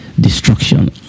destruction